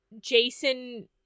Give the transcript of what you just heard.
jason